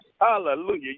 Hallelujah